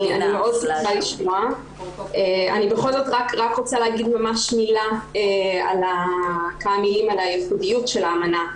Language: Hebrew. אני בכל זאת רק רוצה להגיד ממש כמה מילים על הייחודיות של האמנה,